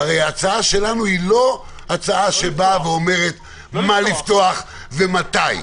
הרי ההצעה שלנו לא אומרת מה לפתוח ומתי.